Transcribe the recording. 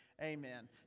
Amen